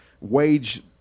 wage